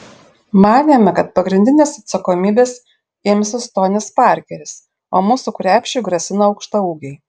manėme kad pagrindinės atsakomybės imsis tonis parkeris o mūsų krepšiui grasino aukštaūgiai